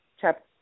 chapter